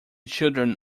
children